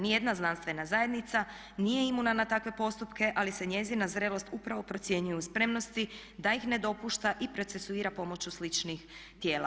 Nijedna znanstvena zajednica nije imuna na takve postupke ali se njezina zrelost upravo procjenjuje u spremnosti da ih ne dopušta i procesuira pomoću sličnih tijela.